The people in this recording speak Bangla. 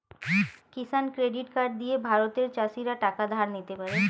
কিষান ক্রেডিট কার্ড দিয়ে ভারতের চাষীরা টাকা ধার নিতে পারে